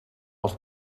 als